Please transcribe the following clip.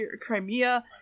Crimea